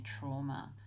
trauma